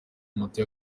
moto